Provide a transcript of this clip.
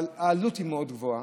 אבל העלות מאוד גבוהה.